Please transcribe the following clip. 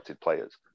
players